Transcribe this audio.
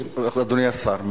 אדוני השר,